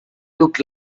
looked